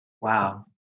Wow